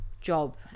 job